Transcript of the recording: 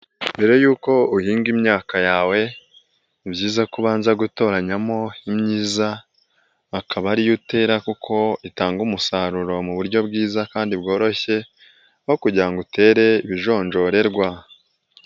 Mbere yuko uhinga imyaka yawe ni byiza kubanza gutoranyamo imyiza, akaba ariyo utera kuko itanga umusaruro mu buryo bwiza kandi bworoshye, aho kugira ngo utere ibijonjorerwa.